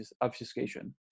obfuscation